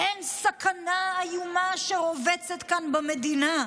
אין סכנה איומה שרובצת כאן במדינה.